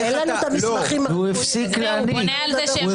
והוא הפסיק להנהיג, הוא מונהג.